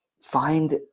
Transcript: find